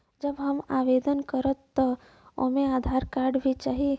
जब हम आवेदन करब त ओमे आधार कार्ड भी चाही?